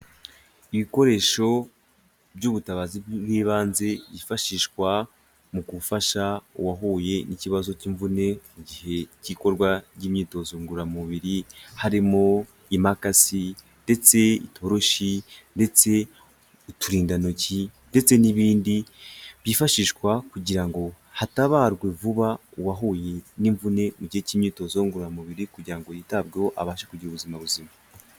Ibikoresho by'ubutabazi bw'ibanze byifashishwa mu gufasha uwahuye n'ikibazo cy'imvune mu gihe cy'ikorwa ry'imyitozo ngororamubiri harimo imakasi, ndetse itoroshi, ndetse uturindantoki ndetse n'ibindi byifashishwa kugira ngo hatabarwe vuba uwahuye n'imvune mu gihe cy'imyitozo ngororamubiri kugira ngo yitabweho abashe kugira ubuzima buzima.